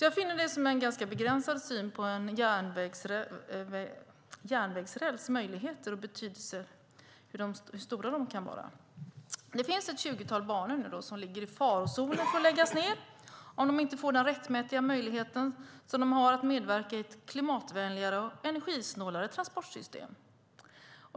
Jag finner alltså det här vara en ganska begränsad syn på en järnvägsräls möjligheter och hur stora de kan vara. Det finns ett tjugotal banor som nu ligger i farozonen för att läggas ned om de inte får den rättmätiga möjlighet de har att medverka i ett klimatvänligare och energisnålare transportsystem.